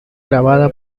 grabada